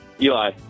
Eli